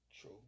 True